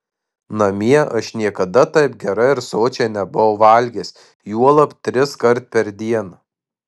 namie aš niekada taip gerai ir sočiai nebuvau valgęs juolab triskart per dieną